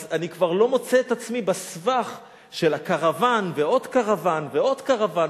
אז אני כבר לא מוצא את עצמי בסבך של הקרוון ועוד קרוון ועוד קרוון,